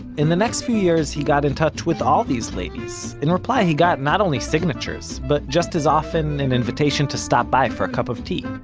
in the next few years he got in touch with all these ladies. in reply, he got not only signatures, but just as often, an invitation to stop by for a cup of tea.